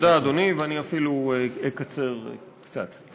תודה, אדוני, אני אפילו אקצר קצת.